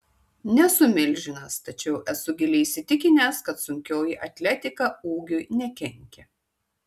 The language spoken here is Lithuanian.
nesu milžinas tačiau esu giliai įsitikinęs kad sunkioji atletika ūgiui nekenkia